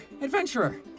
adventurer